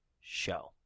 show